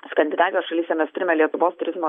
skandinavijos šalyse mes turime lietuvos turizmo